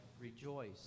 rejoice